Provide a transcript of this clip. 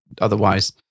otherwise